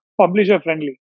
publisher-friendly